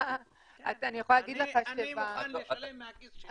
אני מוכן לשלם מהכיס שלי.